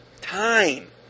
time